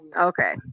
Okay